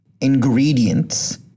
ingredients